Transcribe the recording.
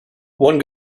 one